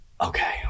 okay